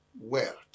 wealth